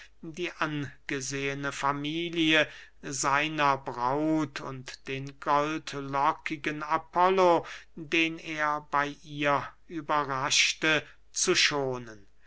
die angesehene familie seiner braut und den goldlockigen apollo den er bey ihr überraschte zu schonen